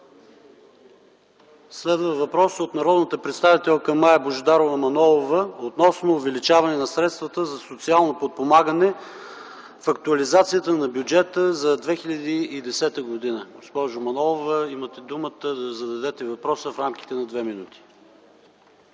Следва въпрос от народния представител Мая Божидарова Манолова относно увеличаване на средствата за социално подпомагане в актуализацията на Бюджет 2010 г. Госпожо Манолова, имате думата да зададете въпроса. МАЯ МАНОЛОВА